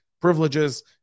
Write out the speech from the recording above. privileges